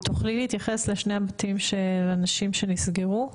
תוכלי להתייחס לשני הבתים של הנשים שנסגרו.